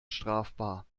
strafbar